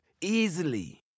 easily